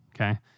okay